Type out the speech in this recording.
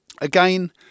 Again